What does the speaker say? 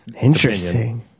Interesting